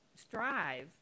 strive